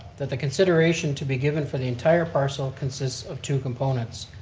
that the consideration to be given for the entire parcel consists of two components.